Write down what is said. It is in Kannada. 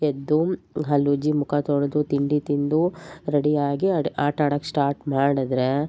ಎದ್ದು ಹಲ್ಲುಜ್ಜಿ ಮುಖ ತೊಳೆದು ತಿಂಡಿ ತಿಂದು ರೆಡಿ ಆಗಿ ಆಟಾಡಕೆ ಸ್ಟಾಟ್ ಮಾಡಿದ್ರೆ